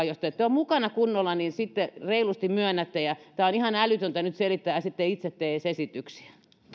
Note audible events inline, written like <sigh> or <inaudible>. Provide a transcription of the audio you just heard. <unintelligible> jos te ette ole mukana kunnolla niin sitten reilusti myönnätte tämä on ihan älytöntä nyt selittää ja sitten itse ei tee edes esityksiä vielä